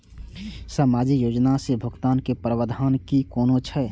सामाजिक योजना से भुगतान के प्रावधान की कोना छै?